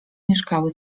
mieszkały